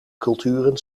culturen